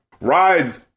rides